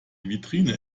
vitrine